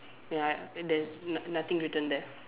ya and there not~ nothing written there